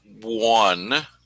one